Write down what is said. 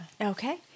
Okay